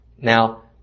Now